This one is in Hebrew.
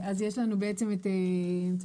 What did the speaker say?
יש את "חקלאות בעמק",